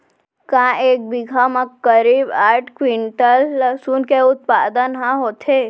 का एक बीघा म करीब आठ क्विंटल लहसुन के उत्पादन ह होथे?